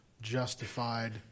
justified